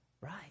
Right